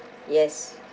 yes